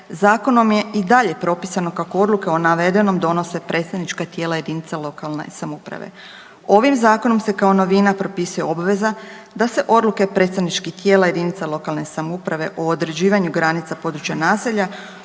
Zakonom je i dalje propisano kako odluke o navedenom donose predstavnička tijela jedinica lokalne samouprave. Ovim Zakonom se kao novina propisuje obveza da se odluke predstavničkih tijela jedinica lokalne samouprave o određivanju granica područja naselja,